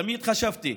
תמיד חשבתי